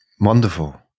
wonderful